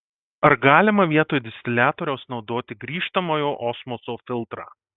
ar galima vietoj distiliatoriaus naudoti grįžtamojo osmoso filtrą